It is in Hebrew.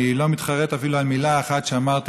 אני לא מתחרט אפילו על מילה אחת שאמרתי